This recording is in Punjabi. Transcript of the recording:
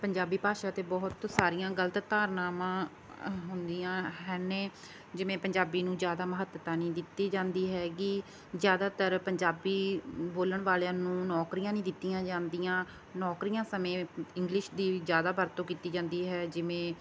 ਪੰਜਾਬੀ ਭਾਸ਼ਾ 'ਤੇ ਬਹੁਤ ਸਾਰੀਆਂ ਗਲਤ ਧਾਰਨਾਵਾਂ ਹੁੰਦੀਆਂ ਹੈ ਨੇ ਜਿਵੇਂ ਪੰਜਾਬੀ ਨੂੰ ਜ਼ਿਆਦਾ ਮਹੱਤਤਾ ਨਹੀਂ ਦਿੱਤੀ ਜਾਂਦੀ ਹੈਗੀ ਜ਼ਿਆਦਾਤਰ ਪੰਜਾਬੀ ਬੋਲਣ ਵਾਲਿਆਂ ਨੂੰ ਨੌਕਰੀਆਂ ਨਹੀਂ ਦਿੱਤੀਆਂ ਜਾਂਦੀਆਂ ਨੌਕਰੀਆਂ ਸਮੇਂ ਇੰਗਲਿਸ਼ ਦੀ ਜ਼ਿਆਦਾ ਵਰਤੋਂ ਕੀਤੀ ਜਾਂਦੀ ਹੈ ਜਿਵੇਂ